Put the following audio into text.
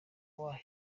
wayo